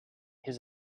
his